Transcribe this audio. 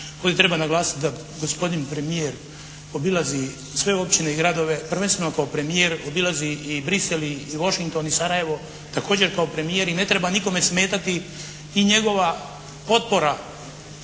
Ovdje treba naglasiti da gospodin premijer obilazi sve općine i gradove prvenstveno kao premijer, obilazi i Bruxelles i Washington i Sarajevo također kao premijer i ne treba nikome smetati i njegova potpora